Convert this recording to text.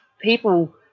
people